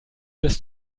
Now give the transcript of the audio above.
des